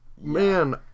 Man